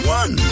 one